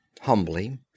humbly